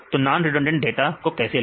तो non redundant data को कैसे लें